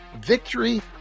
Victory